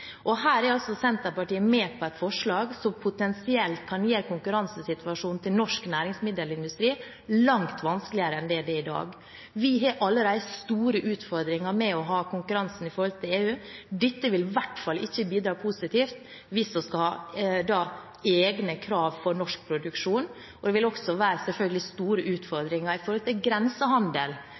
og her er altså Senterpartiet med på et forslag som potensielt kan gjøre konkurransesituasjonen til norsk næringsmiddelindustri langt vanskeligere enn det den er i dag. Vi har allerede store utfordringer med å ha konkurransen i forhold til EU. Dette vil i hvert fall ikke bidra positivt hvis vi skal ha egne krav for norsk produksjon, og det vil selvfølgelig også være store utfordringer med hensyn til